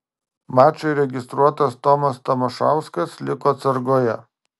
mačui registruotas tomas tamošauskas liko atsargoje